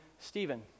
Stephen